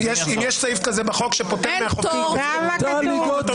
אם יש סעיף כזה בחוק שפוטר מהחובה --- אין פטור.